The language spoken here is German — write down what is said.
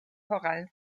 korallen